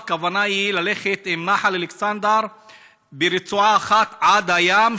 הכוונה היא ללכת עם נחל אלכסנדר ברצועה אחת עד הים,